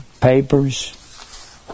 papers